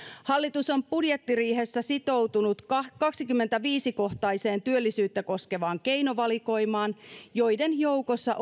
hallitus on budjettiriihessä sitoutunut kaksikymmentäviisi kohtaiseen työllisyyttä koskevaan keinovalikoimaan joiden joukossa